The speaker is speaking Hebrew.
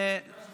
ואחרי זה אני.